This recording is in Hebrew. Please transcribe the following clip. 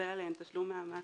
ולקבל עליהן תשלום מהמעסיק,